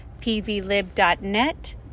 pvlib.net